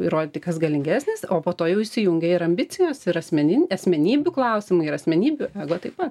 įrodyti kas galingesnis o po to jau įsijungia ir ambicijos ir asmeninių asmenybių klausimai ir asmenybių ego taip pat